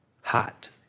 Hot